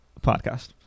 podcast